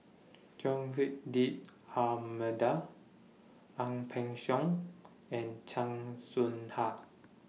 Joaquim D'almeida Ang Peng Siong and Chan Soh Ha